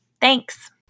Thanks